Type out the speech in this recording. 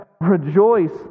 rejoice